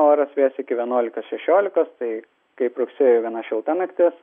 oras vės iki vienuolikos šešiolikos tai kaip rugsėjuj gana šilta naktis